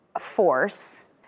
force